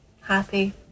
Happy